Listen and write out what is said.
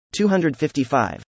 255